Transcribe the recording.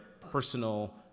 personal